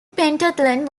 pentathlon